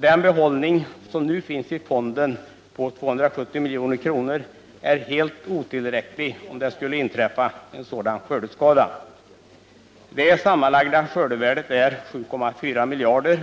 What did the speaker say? Den behållning som nu finns i fonden, 270 milj.kr., är i så fall helt otillräcklig. Det sammanlagda skördevärdet är 7,4 miljarder